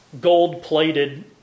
gold-plated